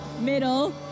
middle